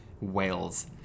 Wales